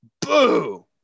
Boo